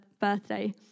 birthday